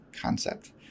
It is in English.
concept